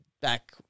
back